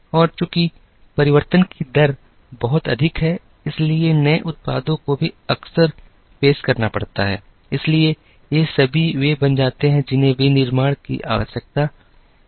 और चूंकि परिवर्तन की दर बहुत अधिक है इसलिए नए उत्पादों को भी अक्सर पेश करना पड़ता है इसलिए ये सभी वे बन जाते हैं जिन्हें विनिर्माण की आवश्यकताएं कहा जाता है